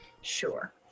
Sure